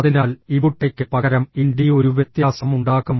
അതിനാൽ ഇബുട്ടെയ്ക്ക് പകരം ഇൻഡി ഒരു വ്യത്യാസം ഉണ്ടാക്കും